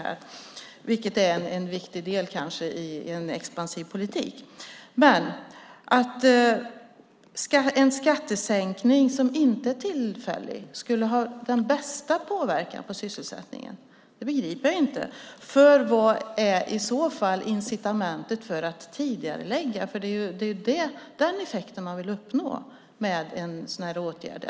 Kanske är detta en viktig del i en expansiv politik, men att en skattesänkning som inte är tillfällig skulle ha bäst påverkan på sysselsättningen begriper jag inte. Vad är i så fall incitamentet för att tidigarelägga? Det är ju den effekten man vill uppnå med en sådan här åtgärd.